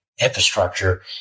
infrastructure